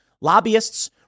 lobbyists